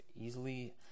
easily